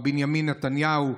מר בנימין נתניהו,